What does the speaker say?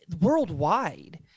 worldwide